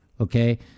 Okay